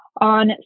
On